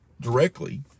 directly